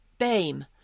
BAME